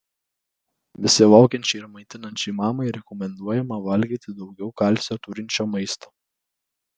besilaukiančiai ir maitinančiai mamai rekomenduojama valgyti daugiau kalcio turinčio maisto